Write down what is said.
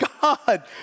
God